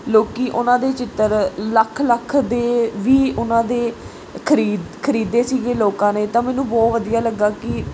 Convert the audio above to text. ਲੋਕ ਉਹਨਾਂ ਦੇ ਚਿੱਤਰ ਲੱਖ ਲੱਖ ਦੇ ਵੀ ਉਹਨਾਂ ਦੇ ਖਰੀਦ ਖਰੀਦੇ ਸੀਗੇ ਲੋਕਾਂ ਨੇ ਤਾਂ ਮੈਨੂੰ ਬਹੁਤ ਵਧੀਆ ਲੱਗਾ ਕਿ